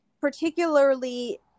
Particularly